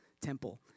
temple